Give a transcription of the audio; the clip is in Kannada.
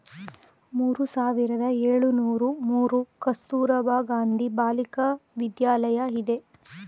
ಮೂರು ಸಾವಿರದ ಏಳುನೂರು ಮೂರು ಕಸ್ತೂರಬಾ ಗಾಂಧಿ ಬಾಲಿಕ ವಿದ್ಯಾಲಯ ಇದೆ